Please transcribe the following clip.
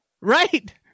right